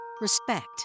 respect